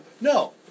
No